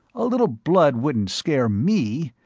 a little blood wouldn't scare me,